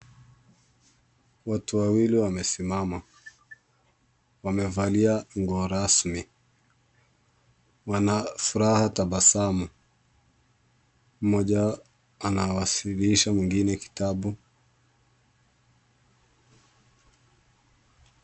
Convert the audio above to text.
Watu wawili wamesima. Wamevalia nguo rasmi, wana furaha tabasamu. Mmoja anawasilisha mwingine kitabu.